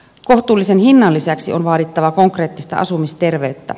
kohtuullisen hinnan lisäksi on vaadittava konkreettista asumisterveyttä